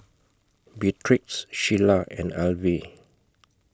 Beatrix Shelia and Alvy